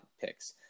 picks